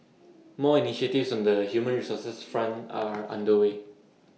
more initiatives on the human resources front are under way